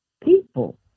people